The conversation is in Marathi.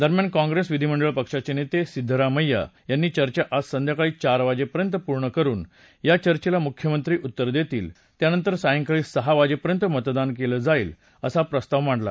दरम्यान कॉग्रेस विधीमंडळ पक्षाचे नेते सिद्धरमैया यांनीचर्चा आज संध्याकाळी चारवाजेपर्यंत पूर्ण करून या चर्चेला मुख्यमंत्री उत्तर देतील त्यानंतर सायंकाळी सहा वाजेपर्यंत मतदान केलं जाईल असा प्रस्ताव मांडला